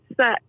set